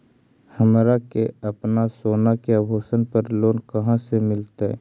हमरा के अपना सोना के आभूषण पर लोन कहाँ से मिलत?